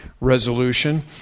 resolution